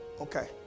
Okay